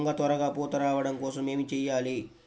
వంగ త్వరగా పూత రావడం కోసం ఏమి చెయ్యాలి?